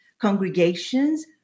congregations